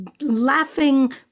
laughing